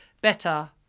better